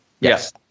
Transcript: yes